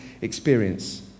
experience